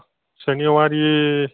शनिवारी